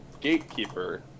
gatekeeper